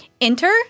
Enter